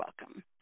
welcome